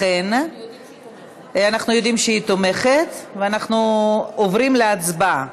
אנחנו יודעים שהיא תומכת, ואנחנו עוברים להצבעה.